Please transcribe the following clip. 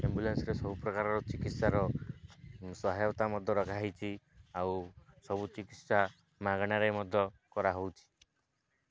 ଆମ୍ବୁଲାନ୍ସରେ ସବୁ ପ୍ରକାରର ଚିକିତ୍ସାର ସହାୟତା ମଧ୍ୟ ରଖାହୋଇଛି ଆଉ ସବୁ ଚିକିତ୍ସା ମାଗଣାରେ ମଧ୍ୟ କରାହେଉଛି